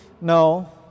No